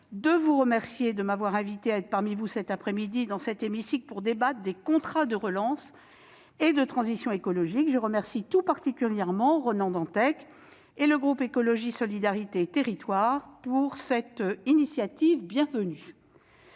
de vous remercier de m'avoir invité à débattre avec vous cet après-midi des contrats de relance et de transition écologique. Je remercie tout particulièrement Ronan Dantec et le groupe Écologiste - Solidarités et Territoires de cette initiative bienvenue.